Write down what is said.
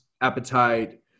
appetite